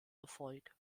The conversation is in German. erfolg